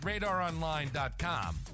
RadarOnline.com